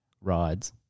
rides